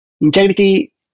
integrity